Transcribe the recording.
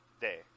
day